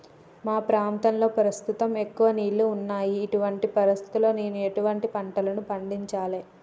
మా ప్రాంతంలో ప్రస్తుతం ఎక్కువ నీళ్లు ఉన్నాయి, ఇటువంటి పరిస్థితిలో నేను ఎటువంటి పంటలను పండించాలే?